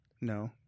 No